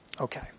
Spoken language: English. Okay